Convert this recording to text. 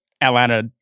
Atlanta